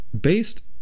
based